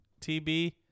TB